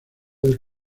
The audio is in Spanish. del